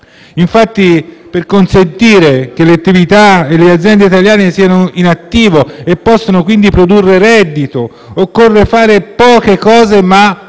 Infatti, per consentire che le attività e le aziende italiane siano in attivo e possano produrre reddito occorre fare poche cose ma